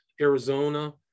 Arizona